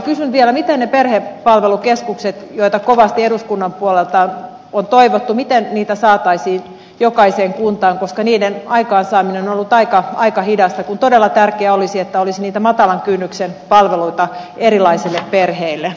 kysyn vielä miten niitä perhepalvelukeskuksia joita kovasti eduskunnan puolelta on toivottu saataisiin jokaiseen kuntaan koska niiden aikaansaaminen on ollut aika hidasta kun todella tärkeää olisi että olisi niitä matalan kynnyksen palveluita erilaisille perheille